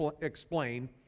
explain